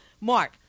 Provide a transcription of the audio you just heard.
mark